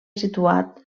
situat